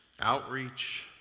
outreach